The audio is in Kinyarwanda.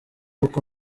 uko